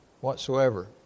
whatsoever